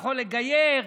יכול לגייר,